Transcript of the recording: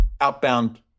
outbound